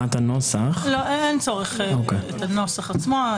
אין צורך להקריא את הנוסח עצמו,